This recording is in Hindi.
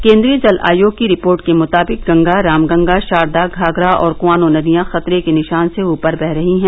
केन्द्रीय जल आयोग की रिपोर्ट के मुताबिक गंगा रामगंगा शारदा घाघरा और कुआनो नदियां खतरे के निशान से ऊपर बह रही हैं